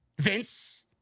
Vince